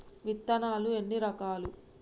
విత్తనాలు ఎన్ని రకాలు?